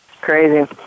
Crazy